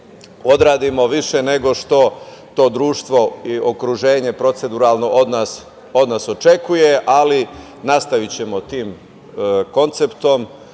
odradimo više nego što to društvo i okruženje proceduralno od nas očekuje. Nastavićemo tim konceptom